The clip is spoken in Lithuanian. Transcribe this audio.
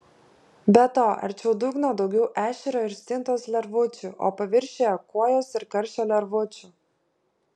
be to arčiau dugno daugiau ešerio ir stintos lervučių o paviršiuje kuojos ir karšio lervučių